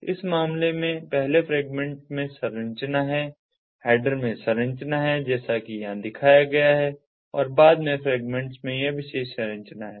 तो इस मामले में पहले फ्रेगमेंट में यह संरचना है हैडर में यह संरचना है जैसा कि यहाँ दिखाया गया है और बाद के फ़्रैगमेन्ट्स में यह विशेष संरचना है